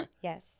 yes